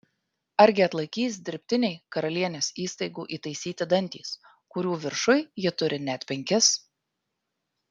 argi atlaikys dirbtiniai karalienės įstaigų įtaisyti dantys kurių viršuj ji turi net penkis